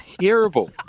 terrible